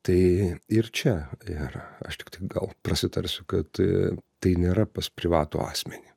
tai ir čia ir aš tiktai gal prasitarsiu kad tai nėra pas privatų asmenį